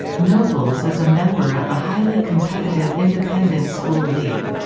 nobles is a member of the highly competitive independent school league.